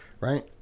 right